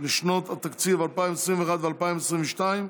לשנות התקציב 2021 ו-2022),